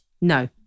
No